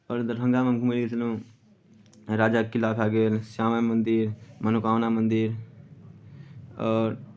आओर दरभंगामे हम घूमय लए गेलहुँ राजाके किला भए गेल श्यामा माइ मन्दिर मनोकामना मन्दिर आओर